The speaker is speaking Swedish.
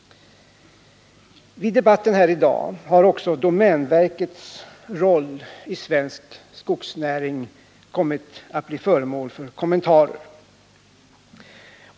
Vid debatten här i dag har oc så domänverkets roll i svensk skogsnäring kommit att bli föremål för kommentarer.